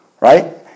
right